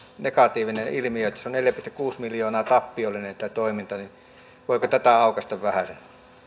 negatiivinen ilmiö että tämä toiminta on neljä pilkku kuusi miljoonaa tappiollinen voiko tätä aukaista vähäsen